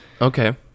Okay